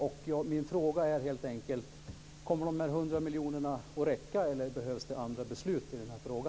Min fråga är helt enkelt: Kommer dessa 100 miljoner kronor att räcka, eller behövs det andra beslut i denna fråga?